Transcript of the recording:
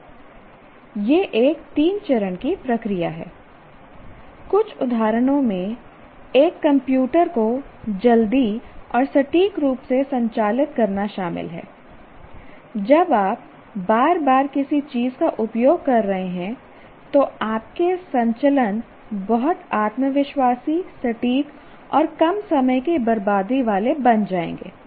तो यह एक 3 चरण की प्रक्रिया है कुछ उदाहरणों में एक कंप्यूटर को जल्दी और सटीक रूप से संचालित करना शामिल है जब आप बार बार किसी चीज का उपयोग कर रहे हैं तो आपके संचलन बहुत आत्मविश्वासी सटीक और कम समय की बर्बादी वाले बन जाएंगे